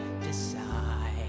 decide